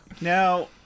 Now